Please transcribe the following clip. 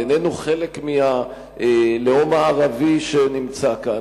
איננו חלק מהלאום הערבי שנמצא כאן,